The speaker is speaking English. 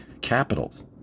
capitals